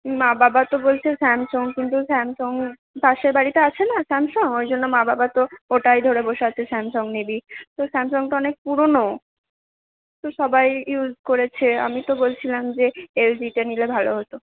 মা বাবা তো বলছে স্যামসং কিন্তু স্যামসং পাশের বাড়িতে আছে না স্যামসং ওই জন্য মা বাবা তো ওটাই ধরে বসে আছে স্যামসং নিবি তো স্যামসং তো অনেক পুরনো তো সবাই ইউজ করেছে আমি তো বলছিলাম যে এলজিটা নিলে ভালো হতো